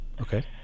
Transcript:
Okay